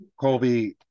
Colby